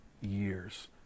years